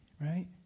right